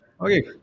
Okay